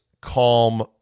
calm